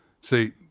See